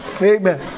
Amen